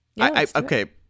Okay